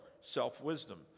self-wisdom